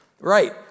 right